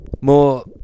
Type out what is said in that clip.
more